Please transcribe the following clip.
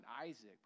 Isaac